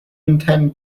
intend